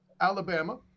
Alabama